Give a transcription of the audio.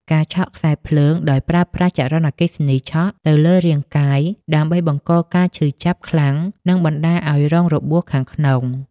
ការឆក់ខ្សែភ្លើង ដោយប្រើប្រាស់ចរន្តអគ្គិសនីឆក់ទៅលើរាងកាយដើម្បីបង្កការឈឺចាប់ខ្លាំងនិងបណ្ដាលឱ្យរងរបួសខាងក្នុង។